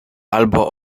albo